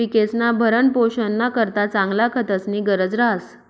पिकेस्ना भरणपोषणना करता चांगला खतस्नी गरज रहास